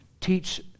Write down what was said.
teach